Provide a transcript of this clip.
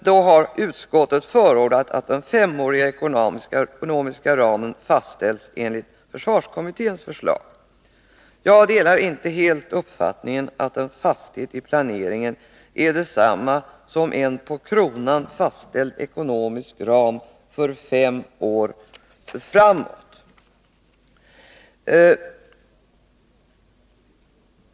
Försvarsutskottet har förordat att den femåriga ekonomiska ramen fastställs enligt försvarskommitténs förslag. Jag delar inte helt uppfattningen att fasthet i planeringen är detsamma som en på kronan fastställd ekonomisk ram för fem år framåt.